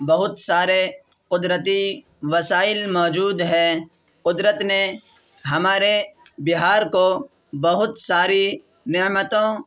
بہت سارے قدرتی وسائل موجود ہیں قدرت نے ہمارے بہار کو بہت ساری نعمتوں